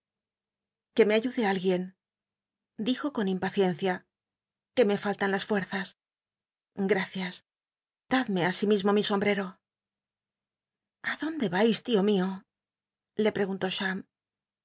que me ayude alguien dijo con impaciencia que me faltan las fuerzas gracias dadm e asimismo mi so mbreró a donde vais tio mio le wegun ló